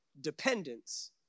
dependence